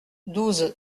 douze